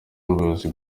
n’ubuyobozi